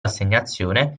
assegnazione